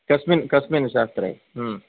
कस्मिन् कस्मिन् शास्त्रे